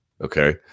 okay